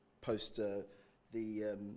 post-the